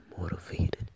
motivated